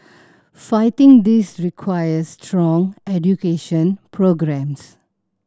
fighting this requires strong education programmes